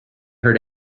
hurt